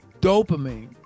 dopamine